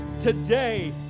today